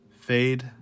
Fade